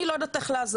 אני לא יודעת איך לעזור,